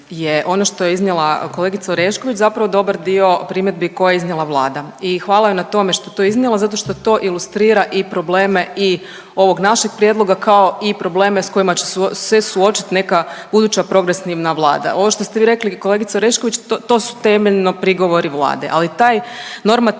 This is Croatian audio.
ono što je iznijela kolegica Orešković zapravo dobar dio primjedbi koje je iznijela Vlada i hvala joj na tome što je to iznijela zato što to ilustrira i probleme i ovog našeg prijedloga kao i probleme sa kojima će se suočiti neka buduća progresivna Vlada. Ovo što ste vi rekli kolegice Orešković to su temeljno prigovori Vlade, ali taj normativni